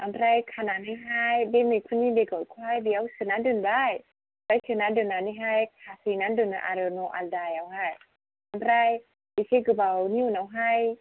ओमफ्राय खानानैहाय बे मैखुननि बेगरखौहाय बेयाव सोनानै दोनबाय बाहाय सोनानै दोननानैहाय खाथेनानै दोनो आरो न' आलदायावहाय ओमफ्राय एसे गोबावनि उनावहाय